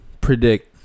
predict